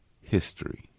history